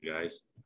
guys